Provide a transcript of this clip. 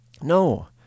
No